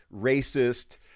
racist